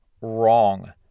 Wrong